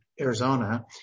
Arizona